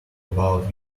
about